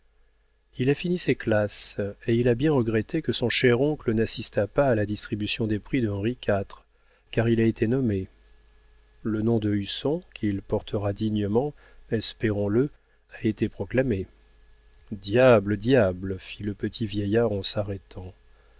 il a fini ses classes et il a bien regretté que son cher oncle n'assistât pas à la distribution des prix de henri iv car il a été nommé le nom de husson qu'il portera dignement espérons-le a été proclamé diable diable fit le petit vieillard en s'arrêtant